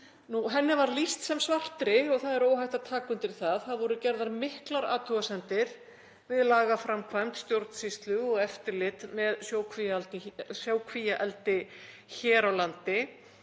Henni var lýst sem svartri og það er óhætt að taka undir það. Það voru gerðar miklar athugasemdir við lagaframkvæmd, stjórnsýslu og eftirlit með sjókvíaeldi hér á landi